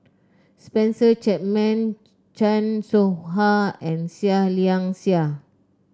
Spencer Chapman Chan Soh Ha and Seah Liang Seah